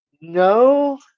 No